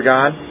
God